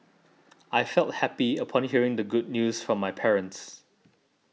I felt happy upon hearing the good news from my parents